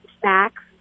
snacks